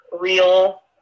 real